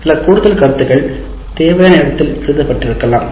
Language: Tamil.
சில கூடுதல் கருத்துக்கள் தேவையான இடத்தில் எழுதப்பட்டிருக்கலாம்